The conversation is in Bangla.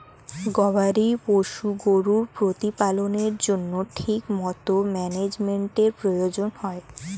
গবাদি পশু গরুর প্রতিপালনের জন্য ঠিকমতো ম্যানেজমেন্টের প্রয়োজন হয়